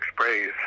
sprays